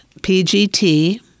PGT